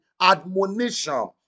admonition